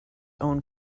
own